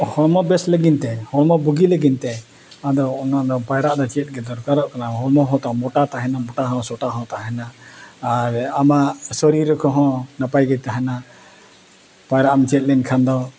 ᱦᱚᱲᱢᱚ ᱵᱮᱥ ᱞᱟᱹᱜᱤᱫ ᱛᱮ ᱦᱚᱲᱢᱚ ᱵᱩᱜᱤ ᱞᱟᱹᱜᱤᱫ ᱛᱮ ᱟᱫᱚ ᱚᱱᱟ ᱫᱚ ᱯᱟᱭᱨᱟᱜ ᱫᱚ ᱪᱮᱫ ᱜᱮ ᱫᱚᱨᱠᱟᱨᱚᱜ ᱠᱟᱱᱟ ᱦᱚᱲᱢᱚ ᱦᱚᱸ ᱛᱟᱢ ᱢᱚᱴᱟ ᱛᱟᱦᱮᱱᱟ ᱢᱚᱴᱟ ᱦᱚᱸ ᱥᱚᱴᱟ ᱦᱚᱸ ᱛᱟᱦᱮᱱᱟ ᱟᱨ ᱟᱢᱟᱜ ᱥᱚᱨᱤᱨ ᱠᱚᱦᱚᱸ ᱱᱟᱯᱟᱭ ᱜᱮ ᱛᱟᱦᱮᱱᱟ ᱯᱟᱭᱨᱟᱜ ᱮᱢ ᱪᱮᱫ ᱞᱮᱱ ᱠᱷᱟᱱ ᱫᱚ